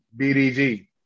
BDG